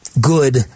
good